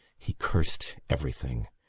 he cursed everything.